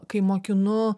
kai mokinu